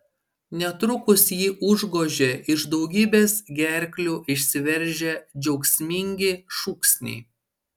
netrukus jį užgožė iš daugybės gerklių išsiveržę džiaugsmingi šūksniai